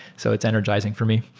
so it's energizing for me.